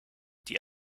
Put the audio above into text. die